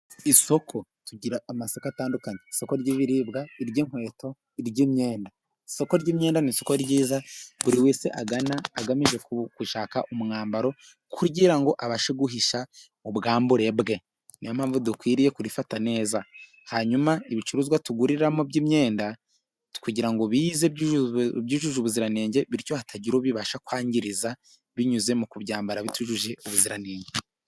Isoko, tugira amasako atandukanye: isoko ry'ibiribwa, iry'inkweto, ni iry'imyenda. Isoko ry'imyenda niryoo ryiza buri wese agana agamije gushaka umwambaro kugira ngo abashe guhisha ubwambure bwe. Niyo mpamvu dukwiriye kurifata neza hanyuma ibicuruzwa tuguriramo by'imyenda kugira ngo bize byujuje ubuziranenge bityo hatagira uwo bibasha kwangiza binyuze mu kubyambara bitujuje ubuziranenge.